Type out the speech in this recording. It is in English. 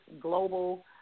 global